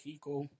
Kiko